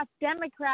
Democrats